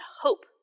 hope